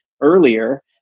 earlier